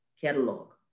catalog